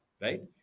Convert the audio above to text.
Right